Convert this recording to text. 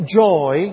joy